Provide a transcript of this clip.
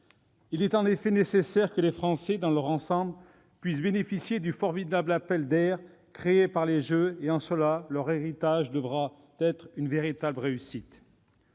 Il est en effet nécessaire que les Français dans leur ensemble puissent bénéficier du formidable appel d'air créé par les Jeux et, en cela, leur héritage devra être une véritable réussite.